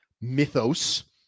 mythos